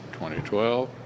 2012